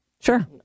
Sure